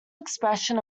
expression